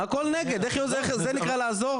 הכל נגד זה נקרא לעזור?